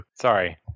Sorry